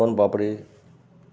सोन पापड़ी